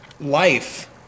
life